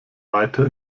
weiter